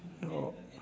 no